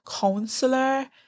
counselor